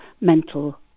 mental